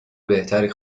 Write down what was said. بهتری